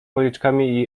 policzkami